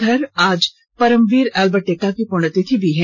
वहीं आज परमवीर अल्बर्ट एक्का की पुण्यतिथि भी है